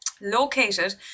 located